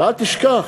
ואל תשכח,